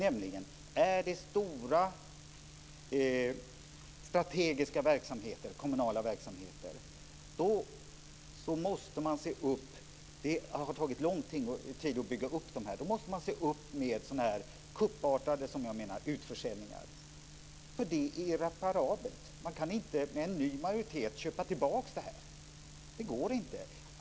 Om det är stora strategiska kommunala verksamheter som det tagit lång tid att bygga upp måste man se upp med kuppartade utförsäljningar, för det är irreparabelt. Man kan inte med en ny majoritet köpa tillbaka. Det går inte.